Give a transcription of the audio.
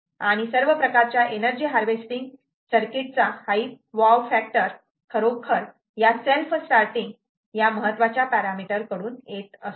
आणि सर्व प्रकारच्या एनर्जी हार्वेस्टिंग सर्किटचा hype wow factor hype wow factor खरोखर या सेल्फ स्टार्टिंग या महत्वाच्या पॅरामीटर कडून येत असतो